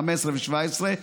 15 ו-17,